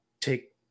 Take